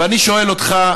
ואני שואל אותך,